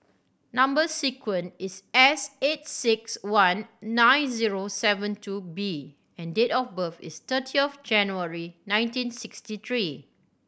number sequence is S eight six one nine zero seven two B and date of birth is thirty of January nineteen sixty three